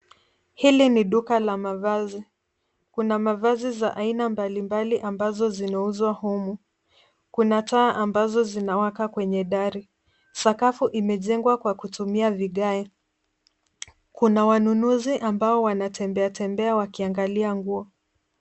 Hili ni duka la mavazi. Kuna mavazi za aina mbalimbali ambazo zinauzwa humu. Kuna taa ambazo zinawaka kwenye dari. Sakafu imejengwa kwa kutumia vigae. Kuna wanunuzi ambao wanatembea tembea wakiangalia nguo.